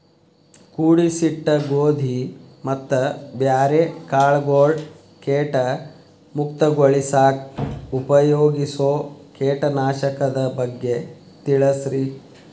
ಕೂಡಿಸಿಟ್ಟ ಗೋಧಿ ಮತ್ತ ಬ್ಯಾರೆ ಕಾಳಗೊಳ್ ಕೇಟ ಮುಕ್ತಗೋಳಿಸಾಕ್ ಉಪಯೋಗಿಸೋ ಕೇಟನಾಶಕದ ಬಗ್ಗೆ ತಿಳಸ್ರಿ